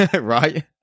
right